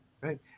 right